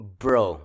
bro